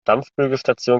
dampfbügelstation